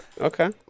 Okay